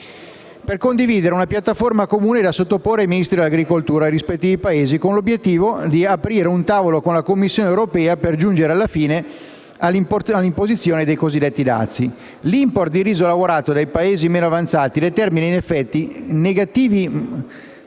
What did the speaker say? per condividere una piattaforma comune da sottoporre ai Ministri dell'agricoltura dei rispettivi Paesi, con l'obiettivo di aprire un tavolo con la Commissione europea per giungere all'imposizione dei cosiddetti dazi. L'*import* di riso lavorato dai Paesi meno avanzati determina effetti negativi